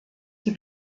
die